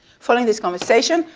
following this conversation,